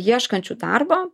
ieškančių darbo